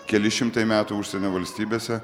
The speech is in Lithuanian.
keli šimtai metų užsienio valstybėse